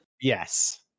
Yes